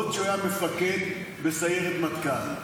עוד כשהוא היה מפקד בסיירת מטכ"ל,